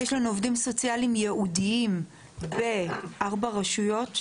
לנו עובדים סוציאליים ייעודיים בארבע רשויות,